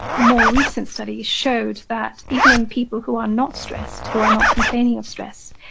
more recent study showed that even in people who are not stressed, who are not complaining of stress,